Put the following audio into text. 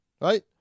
right